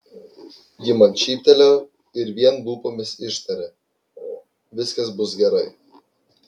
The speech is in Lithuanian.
ji man šyptelėjo ir vien lūpomis ištarė viskas bus gerai